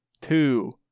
two